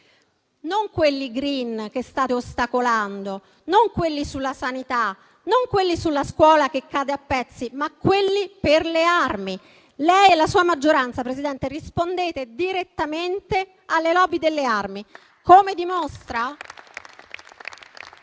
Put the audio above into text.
Non quelli *green*, che state ostacolando, non quelli sulla sanità, non quelli sulla scuola che cade a pezzi, ma quelli per le armi. Lei e la sua maggioranza, Presidente, rispondete direttamente alle *lobby* delle armi,